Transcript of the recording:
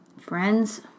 Friends